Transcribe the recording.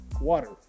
water